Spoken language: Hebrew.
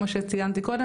כמו שציינתי קודם,